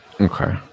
Okay